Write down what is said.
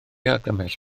argymell